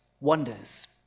wonders